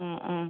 ആ ആ